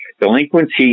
Delinquency